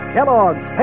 Kellogg's